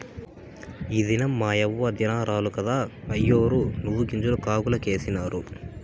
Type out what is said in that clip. ఈ దినం మాయవ్వ దినారాలు కదా, అయ్యోరు నువ్వుగింజలు కాగులకేసినారు